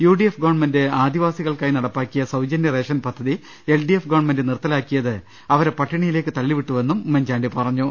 യുഡി F government ആദിവാസികൾക്കായി നടപ്പാക്കിയ സൌജന്യ റേഷ്യൻ പദ്ധതി എൽഡിഎഫ് ഗവൺമെന്റ് നിർത്ത ലാക്കിയത് അവരെ പട്ടിണിയിലേക്ക് തള്ളിവിട്ടുവെന്നും ഉമ്മൻചാണ്ടി പറഞ്ഞു